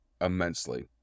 immensely